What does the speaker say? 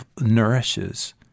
nourishes